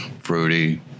fruity